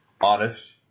honest